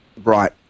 Right